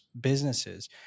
businesses